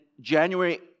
January